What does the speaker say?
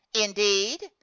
indeed